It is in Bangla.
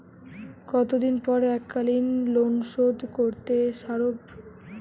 কতদিন পর এককালিন লোনশোধ করতে সারব?